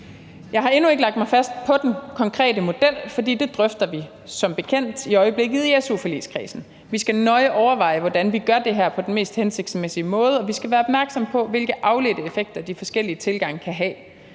Jeg har endnu ikke lagt mig fast på den konkrete model, for det drøfter vi som bekendt i øjeblikket i su-forligskredsen. Vi skal nøje overveje, hvordan vi gør det her på den mest hensigtsmæssige måde, og vi skal være opmærksomme på, hvilke afledte effekter de forskellige tilgange kan have.